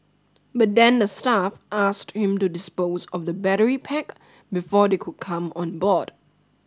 but then the staff asked him to dispose of the battery pack before they could come on board